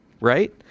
Right